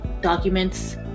documents